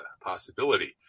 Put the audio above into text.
possibility